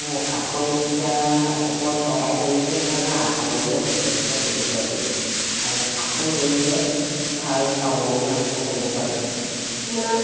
সেই আসনকিটা ওপৰত সহায় কৰিছে কাৰণে আসনৰ ওপৰত যথেষ্ট গুৰুত্ব দিওঁ আৰু আসন কৰিলে ভাল পাব বুলি আনকো ক'ব পাৰোঁ সেইকাৰণে